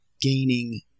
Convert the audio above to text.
gaining